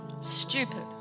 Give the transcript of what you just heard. stupid